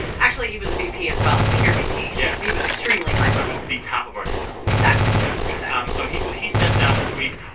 actually, he was a vp, as well a senior vp yeah he was extremely high-level he was the top of our newsroom exactly yeah exactly um so he he stepped down this week.